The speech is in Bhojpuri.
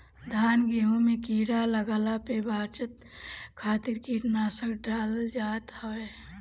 धान गेंहू में कीड़ा लागला पे बचाव खातिर कीटनाशक डालल जात हवे